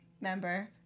member